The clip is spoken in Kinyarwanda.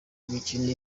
imikino